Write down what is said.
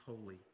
holy